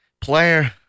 player